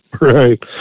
Right